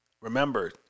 remember